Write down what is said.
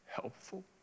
helpful